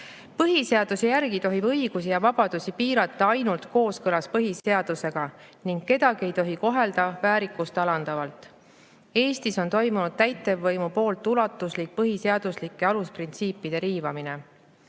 järgi tohib õigusi ja vabadusi piirata ainult kooskõlas põhiseadusega ning kedagi ei tohi kohelda väärikust alandavalt. Eestis on toimunud täitevvõimu poolt ulatuslik põhiseaduslike alusprintsiipide riivamine.